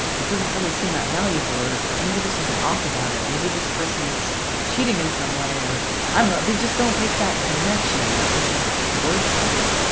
it doesn't really seem that valuable. or or maybe there's something off about it. maybe this person's cheating in some way. or i don't know they just don't make that connection that this is worth something.